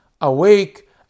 awake